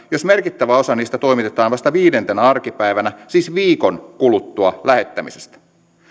jos merkittävä osa niistä toimitetaan vasta viidentenä arkipäivänä siis viikon kuluttua lähettämisestä